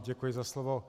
Děkuji za slovo.